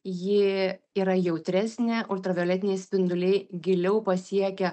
ji yra jautresnė ultravioletiniai spinduliai giliau pasiekia